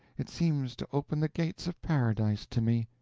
it seems to open the gates of paradise to me.